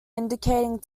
indicating